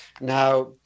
Now